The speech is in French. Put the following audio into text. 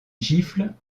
gifle